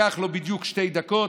לקח לו בדיוק שתי דקות,